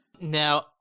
now